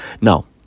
Now